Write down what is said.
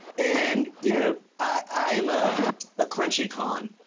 and you know, i am a ah crunchy con,